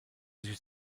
sich